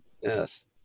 Yes